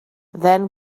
then